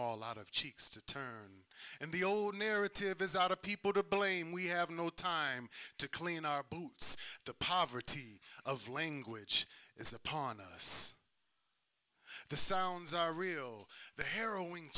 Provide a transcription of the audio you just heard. all out of cheeks to turn and the old narrative is out of people to blame we have no time to clean up boots the poverty of language is upon us the sounds are real the harrowing